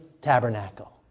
tabernacle